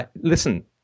listen